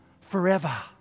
forever